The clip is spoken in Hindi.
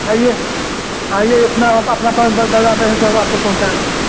आइए आइए इतना आप अपना टेम हैं तो आपको पहुँचा दें